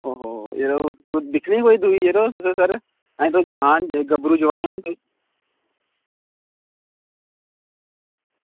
ओहो तुसें दिक्खनी दूई कोई सर यरो ऐहीं तुस जोआन गब्भरू जोआन